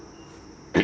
mmhmm